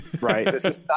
right